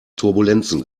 turbulenzen